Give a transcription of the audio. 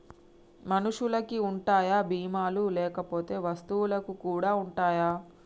మనుషులకి ఉంటాయా బీమా లు లేకపోతే వస్తువులకు కూడా ఉంటయా?